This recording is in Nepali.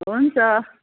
हुन्छ